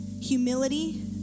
humility